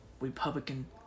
Republican